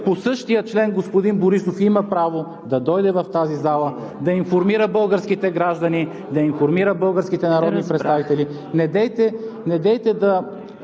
По същия член господин Борисов има право да дойде в тази зала, да информира българските граждани, да информира българските народни представители. ПРЕДСЕДАТЕЛ